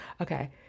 Okay